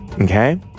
Okay